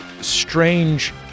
strange